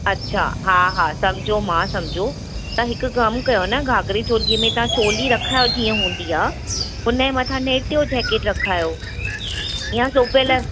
अच्छा हा हा समुझो मां समुझो त हिकु कमु कयो न घाघरे चोलीअ में तव्हां जीअं चोली रखायो जीअं हूंदी आहे उन जे मथां नेट जो जैकिट रखायो यां सिबियल